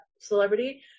celebrity